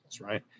Right